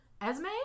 Esme